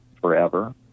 forever